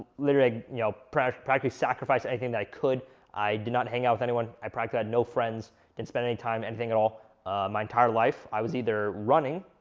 literally, you know, practically practically sacrificing anything that i could i did not hang out with anyone, i practically had no friends didn't spend any time, anything at all my entire life, i was either running